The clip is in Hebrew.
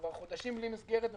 כבר חודשים בלי מסגרת ומתפרקים.